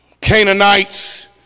Canaanites